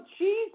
Jesus